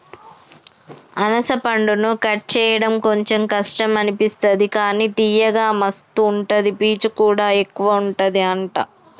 అనాస పండును కట్ చేయడం కొంచెం కష్టం అనిపిస్తది కానీ తియ్యగా మస్తు ఉంటది పీచు కూడా ఎక్కువుంటది అంట